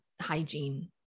hygiene